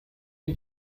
die